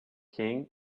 king